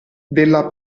della